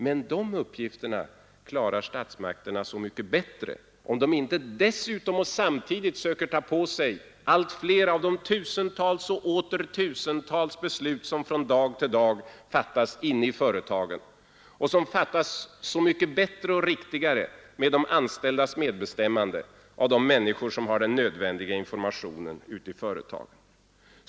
Men dessa uppgifter klarar statsmakterna så mycket bättre, om de inte dessutom och samtidigt försöker ta på sig allt flera av de tusentals och åter tusentals beslut som från dag till dag fattas inne i företagen, och som fattas mycket bättre och riktigare med de anställdas medbestämmande, av de människor som har den nödvändiga informationen ute i företagen.